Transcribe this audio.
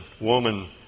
woman